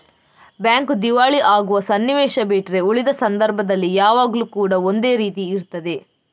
bank ದಿವಾಳಿ ಆಗುವ ಸನ್ನಿವೇಶ ಬಿಟ್ರೆ ಉಳಿದ ಸಂದರ್ಭದಲ್ಲಿ ಯಾವಾಗ್ಲೂ ಕೂಡಾ ಒಂದೇ ರೀತಿ ಇರ್ತದೆ